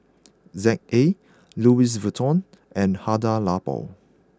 Z A Louis Vuitton and Hada Labo